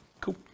Cool